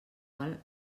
qual